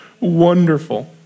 wonderful